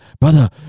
Brother